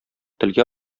телгә